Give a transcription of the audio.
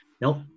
nope